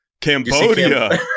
Cambodia